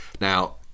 Now